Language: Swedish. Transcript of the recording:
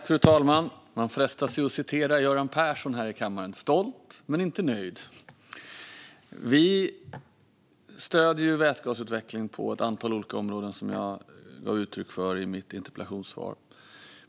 Fru talman! Jag frestas att citera Göran Persson här i kammaren: "Jag är stolt men inte nöjd." Vi stöder vätgasutveckling på ett antal olika områden som jag sa i mitt interpellationssvar.